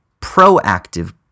proactive